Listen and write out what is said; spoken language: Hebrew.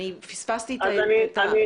אני פספסתי את המשפט.